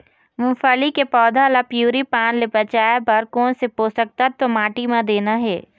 मुंगफली के पौधा ला पिवरी पान ले बचाए बर कोन से पोषक तत्व माटी म देना हे?